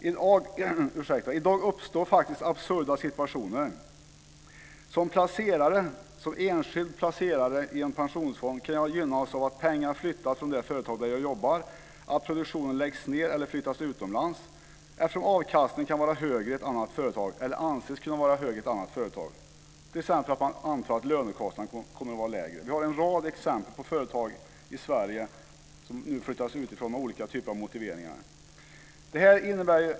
I dag uppstår absurda situationer: Som enskild placerare i en pensionsfond kan jag gynnas av att pengar flyttas från det företag där jag jobbar eller av att produktionen läggs ned eller flyttar utomlands, eftersom avkastningen är högre, eller anses kunna vara högre, i ett annat företag där man t.ex. antar att lönekostnaden kommer att vara lägre. Vi har en rad exempel på företag i Sverige som flyttas härifrån med olika typer av motiveringar.